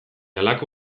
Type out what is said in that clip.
halako